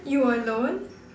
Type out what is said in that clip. you were alone